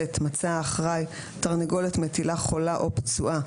מצא האחראי תרנגולת מטילה חולה או פצועה,